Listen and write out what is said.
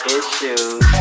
issues